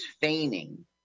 feigning